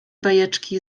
bajeczki